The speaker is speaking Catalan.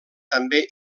també